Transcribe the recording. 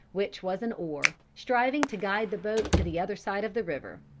which was an oar, striving to guide the boat to the other side of the river.